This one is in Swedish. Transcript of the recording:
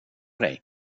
dig